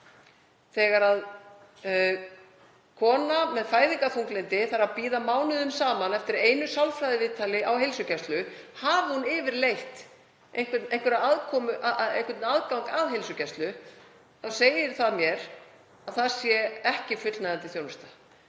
Þegar kona með fæðingarþunglyndi þarf að bíða mánuðum saman eftir einu sálfræðiviðtali á heilsugæslu, hafi hún yfirleitt einhvern aðgang að heilsugæslu, þá segir það mér að það sé ekki fullnægjandi þjónusta.